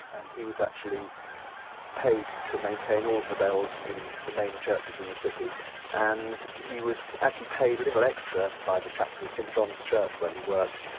and he was actually paid to maintain all the bells in the main churches in the city and he was actually paid a little extra, by the chapter of st john's church, where he worked,